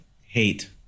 hate